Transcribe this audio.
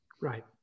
Right